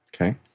Okay